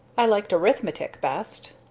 i liked arithmetic best.